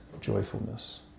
joyfulness